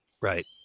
right